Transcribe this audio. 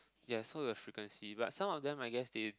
yes so your frequency but some of them I guess they